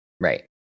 right